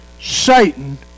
Satan